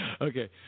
Okay